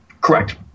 Correct